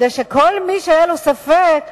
כדי שכל מי שהיה לו ספק,